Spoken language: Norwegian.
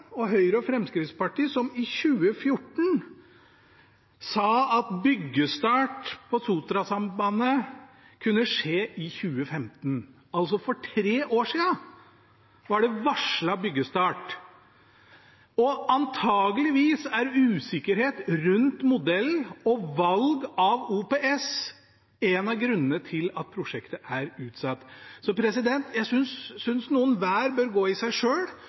regjeringen, Høyre og Fremskrittspartiet, som i 2014 sa at byggestart på Sotrasambandet kunne skje i 2015 – altså for tre år siden var det varslet byggestart. Antakeligvis er usikkerhet rundt modellen og valg av OPS en av grunnene til at prosjektet er utsatt. Så jeg synes noen hver bør gå i seg